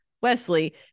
Wesley